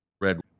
red